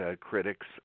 critics